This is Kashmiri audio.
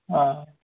آ